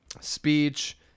speech